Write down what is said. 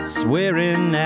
swearing